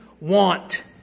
want